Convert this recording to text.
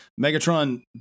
Megatron